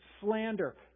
slander